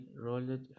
rolled